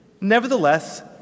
Nevertheless